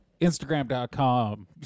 Instagram.com